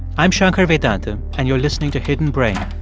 i'm shankar vedantam, and you're listening to hidden brain.